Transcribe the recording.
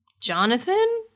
Jonathan